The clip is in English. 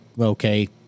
okay